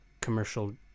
commercial